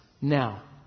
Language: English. now